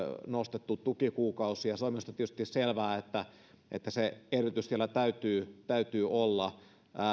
nostettu tukikuukausi ja minusta on tietysti selvää että että se edellytys siellä täytyy täytyy olla